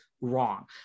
wrong